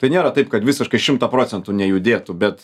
tai nėra taip kad visiškai šimtą procentų nejudėtų bet